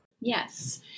Yes